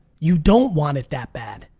you don't want it that bad.